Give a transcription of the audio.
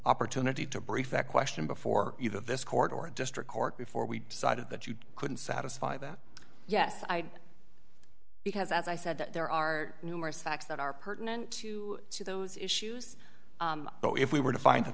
opportunity to brief that question before either this court or a district court before we decided that you couldn't satisfy that yes i because as i said that there are numerous facts that are pertinent to those issues but if we were to find that